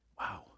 wow